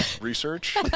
Research